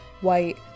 White